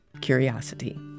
curiosity